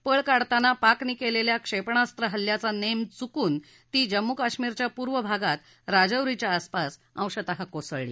पळ काढताना पाकने केलेल्या क्षेपणास्व हल्ल्याचा नेम चुकून ती जम्मू काश्मिरच्या पूर्व भागात राजौरीच्या आसपास अंशतः कोसळली